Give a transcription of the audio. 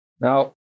Now